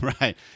Right